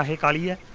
akali yeah